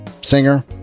singer